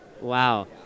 Wow